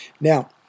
Now